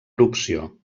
erupció